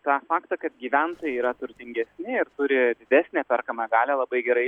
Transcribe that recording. tą faktą kad gyventojai yra turtingesni ir turi didesnę perkamąją galią labai gerai